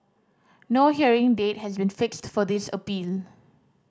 no hearing date has been fixed for this appeal